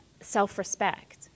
self-respect